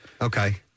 Okay